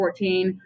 2014